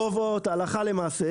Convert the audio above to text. קובעים הלכה למעשה,